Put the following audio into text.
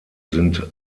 sind